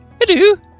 Hello